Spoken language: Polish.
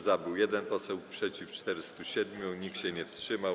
Za był 1 poseł, przeciw - 407, nikt się nie wstrzymał.